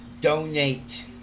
donate